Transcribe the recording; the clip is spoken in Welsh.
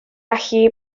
gallu